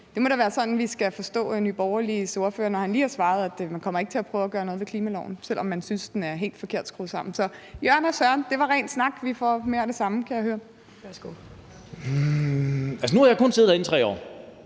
Det må da være sådan, vi skal forstå Nye Borgerliges ordfører, når han lige har svaret, at man ikke kommer til at prøve at gøre noget ved klimaloven, selv om man synes, den er helt forkert skruet sammen. Så Jørgen og Søren var ren snak, og vi får mere af det samme, kan jeg høre. Kl. 17:21 Fjerde næstformand (Mai